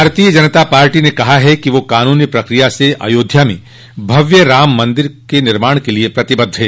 भारतीय जनता पार्टी ने कहा कि वह कानूनी प्रक्रिया से अयोध्या में भव्य राम मंदिर निर्माण के लिए प्रतिबद्ध है